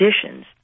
conditions